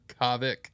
Kavik